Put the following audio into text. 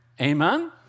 Amen